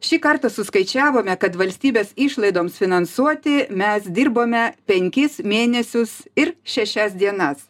šį kartą suskaičiavome kad valstybės išlaidoms finansuoti mes dirbome penkis mėnesius ir šešias dienas